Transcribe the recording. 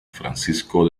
francisco